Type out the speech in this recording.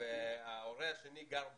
וההורה השני גר בחו"ל,